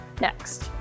next